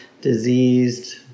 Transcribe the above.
diseased